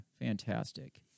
fantastic